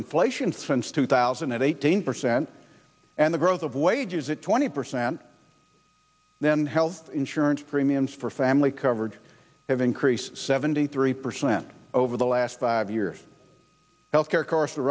inflation since two thousand and eighteen percent and the growth of wages at twenty percent then health insurance premiums for family coverage have increased seventy three percent over the last five years health care co